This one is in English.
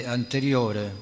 anteriore